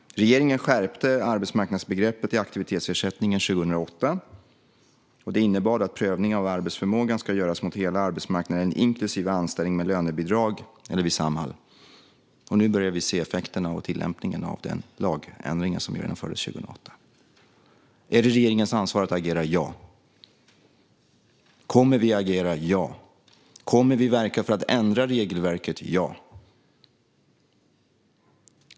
Regeringen skärpte arbetsmarknadsbegreppet i aktivitetsersättningen 2008. Det innebar att prövningen av arbetsförmågan ska göras mot hela arbetsmarknaden inklusive anställning med lönebidrag eller vid Samhall. Nu börjar vi se effekterna av tillämpningen av den lagändring som genomfördes 2008. Är det regeringens ansvar att agera? Ja. Kommer vi att agera? Ja. Kommer vi att verka för att ändra regelverket? Ja.